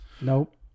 Nope